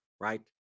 Right